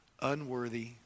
unworthy